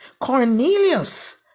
Cornelius